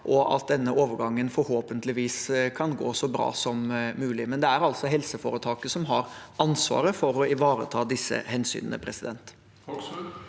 og at denne overgangen forhåpentligvis kan gå så bra som mulig. Men det er altså helseforetaket som har ansvaret for å ivareta disse hensynene. Bård